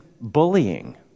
bullying